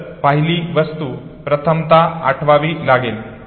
तर पहिली वस्तू प्रथमतः आठवावी लागेल